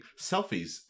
selfies